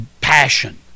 passion